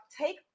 take